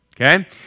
okay